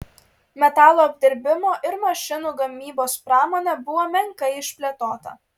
metalo apdirbimo ir mašinų gamybos pramonė buvo menkai išplėtota